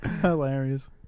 Hilarious